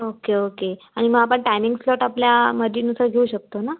okay okay आणि मग आपण टायमिंग स्लॉट आपल्या मर्जीनुसार घेऊ शकतो ना